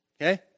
Okay